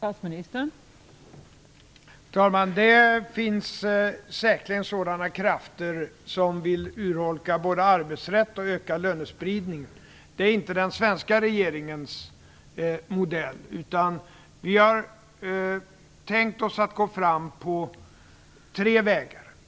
Fru talman! Det finns säkerligen sådana krafter som vill urholka arbetsrätten och öka lönespridningen. Det är inte den svenska regeringens modell. Vi har tänkt oss att gå fram på tre vägar.